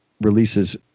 Releases